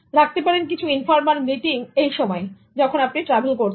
আপনি রাখতে পারেন কিছু ইনফর্মাল মিটিং এই সময়ে যখন আপনি ট্রাভেল করছেন